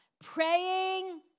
praying